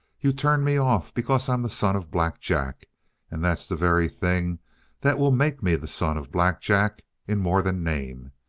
you turn me off because i'm the son of black jack and that's the very thing that will make me the son of black jack in more than name.